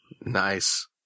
Nice